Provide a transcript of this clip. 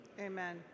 Amen